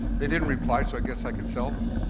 they didn't reply, so i guess i can sell them.